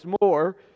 more